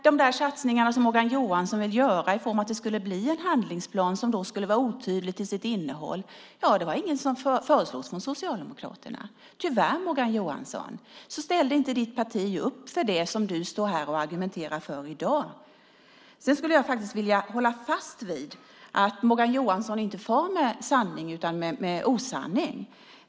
De satsningar som Morgan Johansson vill göra, i form av en handlingsplan som skulle vara otydlig till sitt innehåll, var inget som föreslogs från Socialdemokraterna. Tyvärr, Morgan Johansson, ställde inte ditt parti upp för det som du står här och argumenterar för i dag. Jag skulle vilja hålla fast vid att Morgan Johansson inte far med sanning utan med osanning.